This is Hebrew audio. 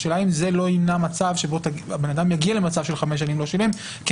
השאלה אם זה לא ימנע מצב שהבן אדם יגיע לחמש שנים שהוא לא שילם כי